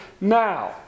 now